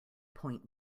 point